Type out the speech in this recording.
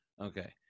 Okay